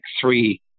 three